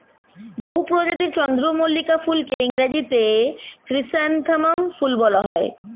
বহু প্রজাতির চন্দ্রমল্লিকা ফুলকে ইংরেজিতে ক্রিস্যান্থামাম ফুল বলা হয়